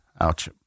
ouch